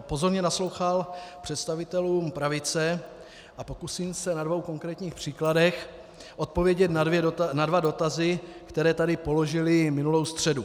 pozorně naslouchal představitelům pravice a pokusím se na dvou konkrétních příkladech odpovědět na dva dotazy, které tady položili minulou středu.